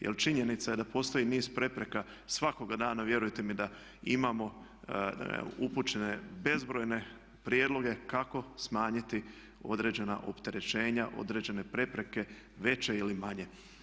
Jer činjenica je da postoji niz prepreka, svakoga dana vjerujte mi da imamo upućene bezbrojne prijedloge kako smanjiti određena opterećenja, određene prepreke veće ili manje.